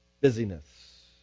busyness